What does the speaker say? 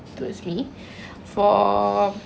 featuring guest lah kalau you nak uh